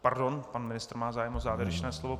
Pardon, pan ministr má zájem o závěrečné slovo.